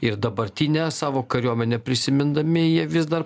ir dabartinę savo kariuomenę prisimindami jie vis dar